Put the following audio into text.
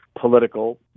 political